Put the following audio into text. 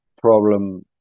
problem